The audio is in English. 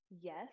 Yes